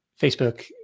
Facebook